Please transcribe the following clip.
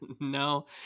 No